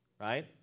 right